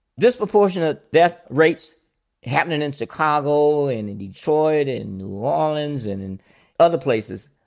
disproportionate death rates happening in chicago and and detroit and new orleans and in other places,